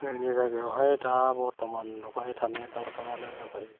जोंनि जायगायावहाय दा बर्थमान नुबाय थानाय दाउफोरा जाबाय